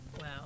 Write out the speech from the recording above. Wow